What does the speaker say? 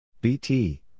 BT